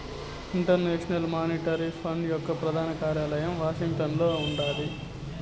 international monetary fund యొక్క ప్రధాన కార్యాలయం వాషింగ్టన్లో ఉన్నాది